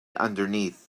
underneath